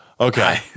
Okay